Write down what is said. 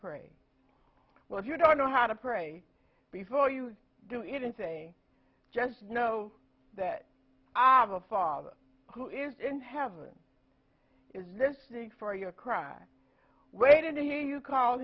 pray well if you don't know how to pray before you do it and say just know that i have a father who is in heaven is listening for your cry waiting to hear you call